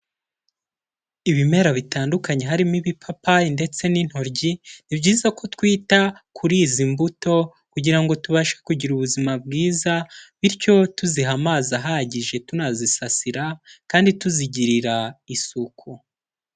Ibimera bitandukanye harimo ibipapayi ndetse n'intoryi, ni byiza ko twita kuri izi mbuto kugira ngo tubashe kugira ubuzima bwiza bityo tuziha amazi ahagije, tunazisasira kandi tuzigirira isuku.